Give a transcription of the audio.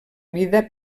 vida